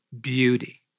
beauty